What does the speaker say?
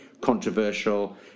controversial